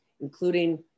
including